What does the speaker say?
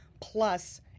plus